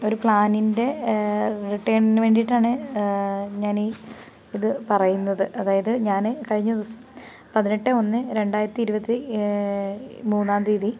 ഒരു പ്ലാനിൻ്റെ റിട്ടേണിന് വേണ്ടിയിട്ടാണ് ഞാനീ ഇത് പറയുന്നത് അതായത് ഞാൻ കഴിഞ്ഞദിവസം പതിനെട്ട് ഒന്ന് രണ്ടായിരത്തി ഇരുപത്തി മൂന്നാം തീയതി